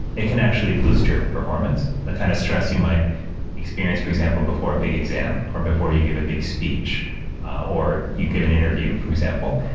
it can actually boost your performance, the kind of stress you might experience, for example, before a big exam or before you give a big speech or you give an interview, for example,